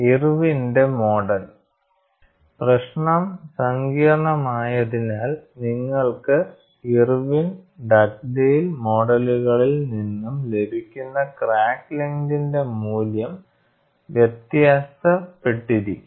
ഇർവിന്റെ മോഡൽ പ്രശ്നം സങ്കീർണ്ണമായതിനാൽ നിങ്ങൾക്ക് ഇർവിൻ ഡഗ്ഡെയിൽ മോഡലുകളിൽ നിന്നും ലഭിക്കുന്ന ക്രാക്ക് ലെങ്ങ്തിന്റെ മൂല്യം വ്യത്യാസപ്പെട്ടിരിക്കും